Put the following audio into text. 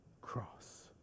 cross